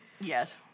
Yes